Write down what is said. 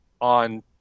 on